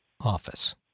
office